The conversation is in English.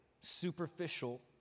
superficial